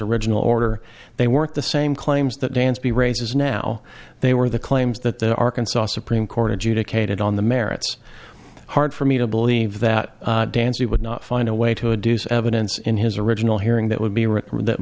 original order they weren't the same claims that dansby raises now they were the claims that the arkansas supreme court adjudicated on the merits hard for me to believe that dancy would not find a way to a deuce evidence in his original hearing that would be